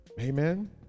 Amen